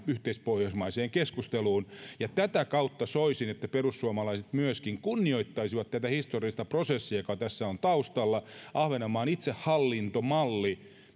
yhteispohjoismaiseen keskusteluun ja tätä kautta soisin että myöskin perussuomalaiset kunnioittaisivat tätä historiallista prosessia joka tässä on taustalla ahvenanmaan itsehallintomalli